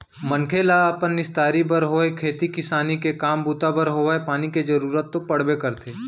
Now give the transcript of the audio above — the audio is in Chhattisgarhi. मनखे ल अपन निस्तारी बर होय खेती किसानी के काम बूता बर होवय पानी के जरुरत तो पड़बे करथे